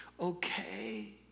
okay